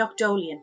Noctolian